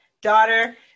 daughter